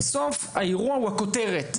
בסוף האירוע הוא הכותרת.